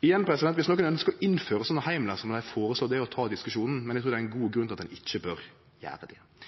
Dersom nokon ønskjer å innføre slike heimlar, må dei føreslå det og ta diskusjonen, men eg trur det er ein god